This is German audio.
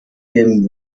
dem